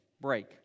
Break